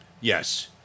Yes